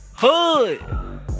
Hood